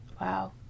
Wow